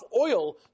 oil